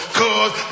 cause